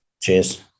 Cheers